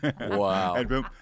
Wow